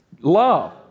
love